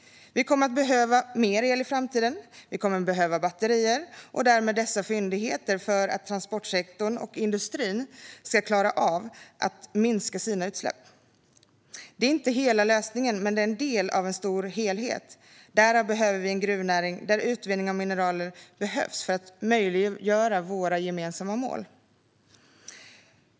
Vi kommer att behöva mer el i framtiden. Vi kommer att behöva batterier och därmed dessa fyndigheter för att transportsektorn och industrin ska klara av att minska sina utsläpp. Det är inte hela lösningen, men det är en del av en stor helhet. Därav behöver vi en gruvnäring där utvinning av mineraler möjliggör att vi når våra gemensamma mål.